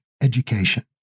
education